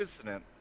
incident